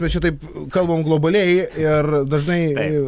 bet čia taip kalbam globaliai ir dažnai